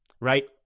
right